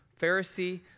Pharisee